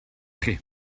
chi